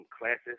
classes